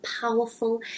powerful